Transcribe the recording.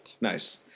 nice